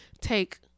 take